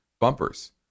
bumpers